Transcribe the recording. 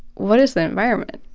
what is the environment?